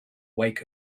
wake